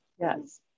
Yes